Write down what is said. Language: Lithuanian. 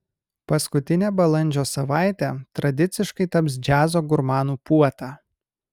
paskutinė balandžio savaitė tradiciškai taps džiazo gurmanų puota